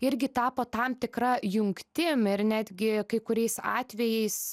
irgi tapo tam tikra jungtim ir netgi kai kuriais atvejais